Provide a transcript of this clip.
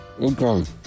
Okay